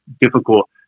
difficult